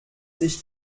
sich